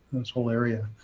this whole area.